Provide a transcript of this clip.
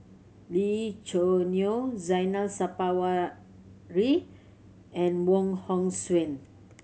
Lee Choo Neo Zainal Sapari and Wong Hong Suen